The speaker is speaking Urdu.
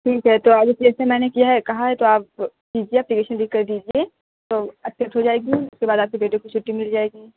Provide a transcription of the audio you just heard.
ٹھیک ہے تو آئیے جیسے میں نے کیا ہے کہا ہے تو آپ کیجیے اپلیکشن لکھ کے دیجیے تو ایکسیپٹ ہو جائے گی اُس کے بعد آپ کے بیٹے کو چُھٹی مل جائے گی